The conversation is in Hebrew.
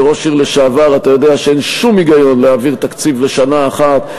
כראש עיר לשעבר אתה יודע שאין שום היגיון להעביר תקציב לשנה אחת,